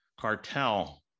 cartel